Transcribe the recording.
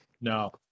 no